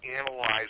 analyze